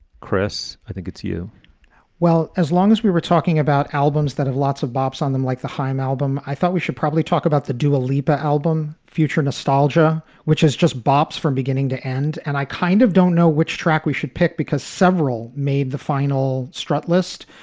chris. i think it's you well, as long as we were talking about albums that have lots of bopp's on them, like the hiim um album, i thought we should probably talk about the a leaper album. future nostalgia, which is just bopp's from beginning to end. and i kind of don't know which track we should pick because several made the final strutt list.